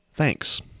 Thanks